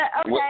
okay